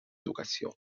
educación